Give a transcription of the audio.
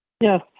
Yes